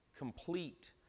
complete